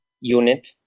unit